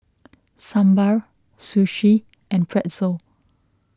Sambar Sushi and Pretzel